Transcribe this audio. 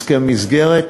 הסכם מסגרת.